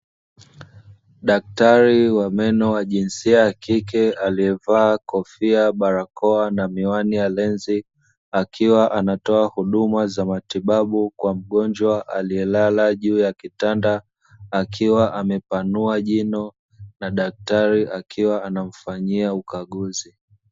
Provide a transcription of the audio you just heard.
Daktari wa memo wa jisia ya kike akiwa amevaa kofia, barakoa na miwani ya lenzi akiwa anatoa huduma za matibabu kwa mgonjwa aliyelala juu ya kitanda akiwa amepanua jino na daktari akiwa anamfanyia ukaguzi.